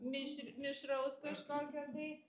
mišr mišraus kažkokio tai